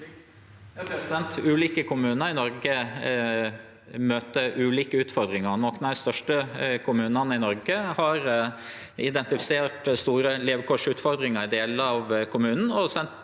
Ulike kom- munar i Noreg møter ulike utfordringar. Nokre av dei største kommunane i Noreg har identifisert store levekårsutfordringar i delar av kommunen,